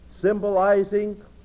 symbolizing